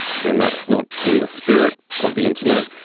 then that's not in the spirit of the internet,